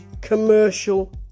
commercial